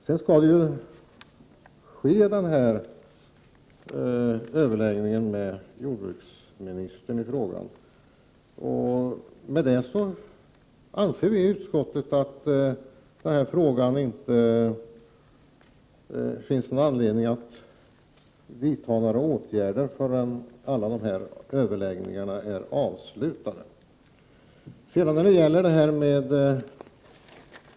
Sedan skall det ju ske en överläggning med jordbruksministern i frågan. Med det anser vi i utskottet att det inte finns någon anledning att vidta några åtgärder förrän alla överläggningar är avslutade.